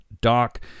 dock